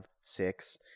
six